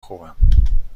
خوبم